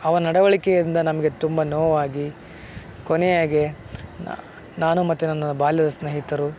ಅವನ ನಡವಳಿಕೆಯಿಂದ ನಮಗೆ ತುಂಬ ನೋವಾಗಿ ಕೊನೆಯಾಗೆ ನಾನು ಮತ್ತು ನನ್ನ ಬಾಲ್ಯದ ಸ್ನೇಹಿತರು